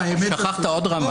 שכחת עוד רמה